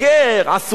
עשו לנו,